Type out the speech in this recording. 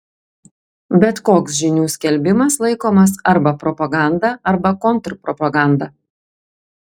bet koks žinių skelbimas laikomas arba propaganda arba kontrpropaganda